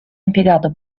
impiegato